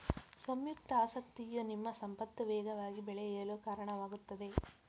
ಸಂಯುಕ್ತ ಆಸಕ್ತಿಯು ನಿಮ್ಮ ಸಂಪತ್ತು ವೇಗವಾಗಿ ಬೆಳೆಯಲು ಕಾರಣವಾಗುತ್ತದೆ